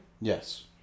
Yes